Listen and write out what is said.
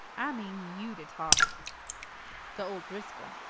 i mean you to talk to old driscoll.